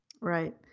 right